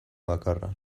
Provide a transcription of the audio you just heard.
bakarra